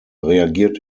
reagiert